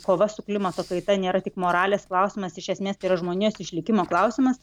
kova su klimato kaita nėra tik moralės klausimas iš esmės tai yra žmonijos išlikimo klausimas